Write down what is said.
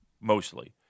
mostly